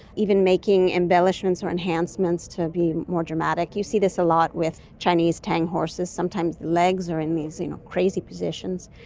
even making embellishments or enhancements to be more dramatic. you see this a lot with chinese tang horses, sometimes legs are in these you know crazy positions.